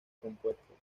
compuestos